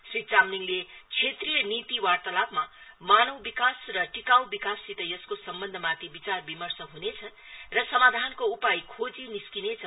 श्री चामलिङले क्षेत्रिय नीति वार्तालापमा मानव विकास र टिकाऊ विकाससित त्यसको सम्बन्धमाथि विचार विमर्श ह्नेछ र समाधनको उपाय खोजी निस्किनेछ